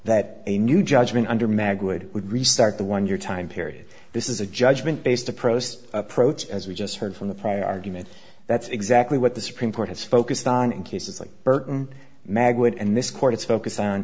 that a new judgment under mag would restart the one year time period this is a judgment based approach approach as we just heard from the prior argument that's exactly what the supreme court has focused on in cases like burton mag would and this court's focus